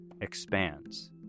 expands